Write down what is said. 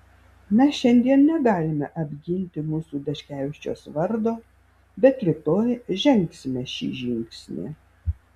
mes šiandien negalime apginti mūsų daškevičiaus vardo bet rytoj žengsime šį žingsnį